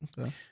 Okay